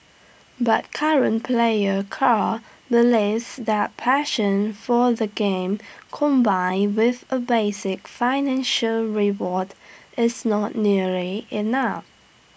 but current player Carl believes that passion for the game combined with A basic financial reward is not nearly enough